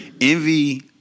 Envy